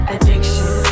Addiction